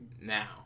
now